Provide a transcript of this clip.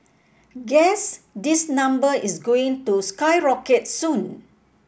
guess this number is going to skyrocket soon